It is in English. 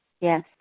Yes